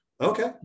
okay